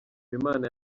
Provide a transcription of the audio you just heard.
imana